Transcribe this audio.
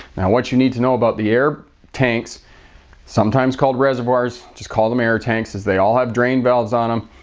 now what you need to know about the air tanks sometimes called reservoirs just call them air tanks is they all have drain valves on them.